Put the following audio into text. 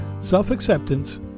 self-acceptance